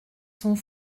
sont